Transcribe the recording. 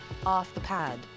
OffThePad